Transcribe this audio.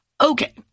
Okay